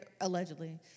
allegedly